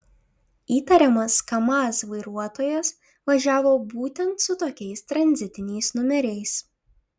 įtariamas kamaz vairuotojas važiavo būtent su tokiais tranzitiniais numeriais